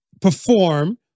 perform